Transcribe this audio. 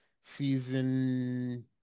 season